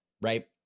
right